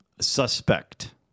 suspect